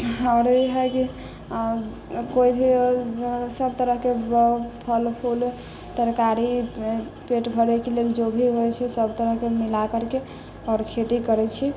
आओर ई है की कोइ भी अगर सब तरह के फल फूल तरकारी पेट भरे के लेल जो भी होइ छै सब तरह के मिला करके आओर खेती करै छी